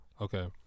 Okay